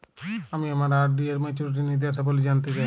আমি আমার আর.ডি এর মাচুরিটি নির্দেশাবলী জানতে চাই